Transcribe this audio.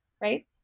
right